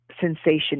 sensation